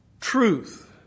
truth